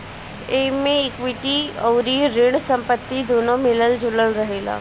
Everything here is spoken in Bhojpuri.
एमे इक्विटी अउरी ऋण संपत्ति दूनो मिलल जुलल रहेला